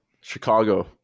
Chicago